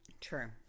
True